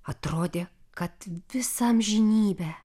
atrodė kad visą amžinybę